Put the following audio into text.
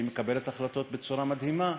והיא מקבלת החלטות בצורה מדהימה,